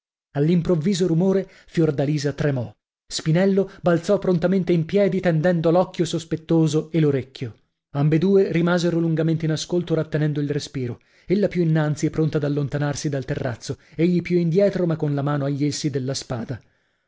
all'improvviso rumore fiordalisa tremò spinello balzò prontamente in piedi tendendo l'occhio sospettoso e l'orecchio ambedue rimasero lungamente in ascolto rattenendo il respiro ella più innanzi e pronta ad allontanarsi dal terrazzo egli più indietro ma con la mano agli elsi della spada